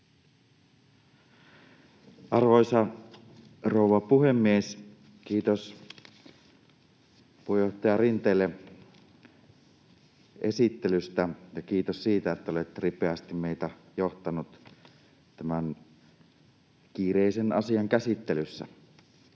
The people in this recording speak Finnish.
Arvoisa rouva puhemies! Kiitos puheenjohtaja Rinteelle esittelystä, ja kiitos siitä, että olette ripeästi meitä johtanut tämän kiireisen asian käsittelyssä.